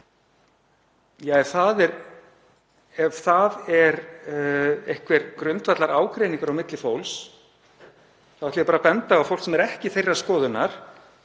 Ef það er einhver grundvallarágreiningur á milli fólks ætla ég bara að benda á að ef fólk er ekki þeirrar skoðunar